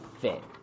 fit